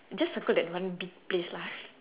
just circle that one big place lah